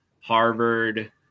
Harvard